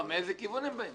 לא, מאיזה כיוון הם באים?